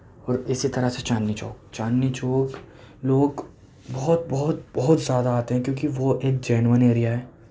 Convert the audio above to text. اور اِسی طرح سے چاندنی چوک چاندنی چوک لوگ بہت بہت بہت زیادہ آتے ہیں کیونکہ وہ ایک جینون ایریا ہے